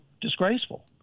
disgraceful